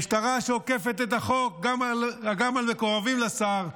משטרה שאוכפת את החוק גם על מקורבים לשר,